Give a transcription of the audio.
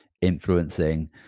influencing